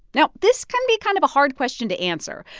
now, this can be kind of a hard question to answer.